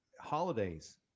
holidays